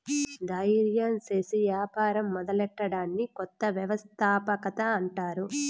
దయిర్యం సేసి యాపారం మొదలెట్టడాన్ని కొత్త వ్యవస్థాపకత అంటారు